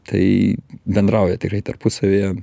tai bendrauja tikrai tarpusavyje